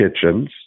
kitchens